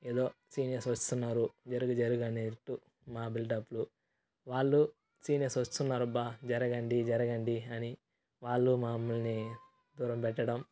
ఏదో సీనియర్స్ వస్తున్నారు జరుగు జరుగు అనేట్టు మా బిల్డ్అప్లు వాళ్ళు సీనియర్స్ వస్తున్నారు అబ్బా జరగండి జరగండి అని వాళ్ళు మమ్ముల్ని దూరం పెట్టడం